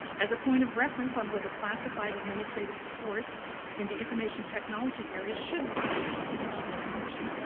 as a point of reference on whether classified administrative support in the information technology area should receive a confidential designation,